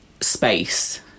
space